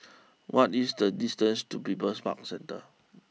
what is the distance to People's Park Centre